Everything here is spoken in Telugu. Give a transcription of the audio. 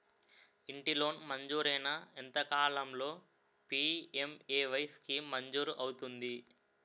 ఇంటి లోన్ మంజూరైన ఎంత కాలంలో పి.ఎం.ఎ.వై స్కీమ్ మంజూరు అవుతుంది?